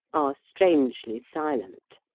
are strangely silent.